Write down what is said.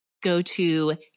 go-to